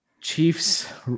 chiefs